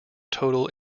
total